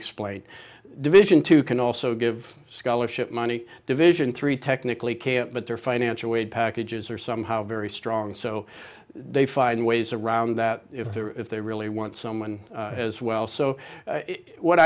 explain division two can also give scholarship money division three technically can't but their financial aid packages are somehow very strong so they find ways around that if they're if they really want someone as well so what